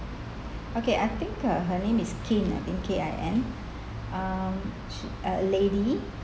okay I think uh her name is kin I think K I N um she a lady